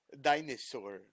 Dinosaur